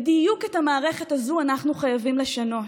בדיוק את המערכת הזאת אנחנו חייבים לשנות,